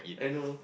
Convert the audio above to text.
I know